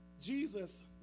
Jesus